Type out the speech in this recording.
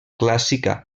clàssica